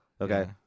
Okay